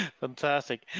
Fantastic